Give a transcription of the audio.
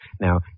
Now